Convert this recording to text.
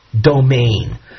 domain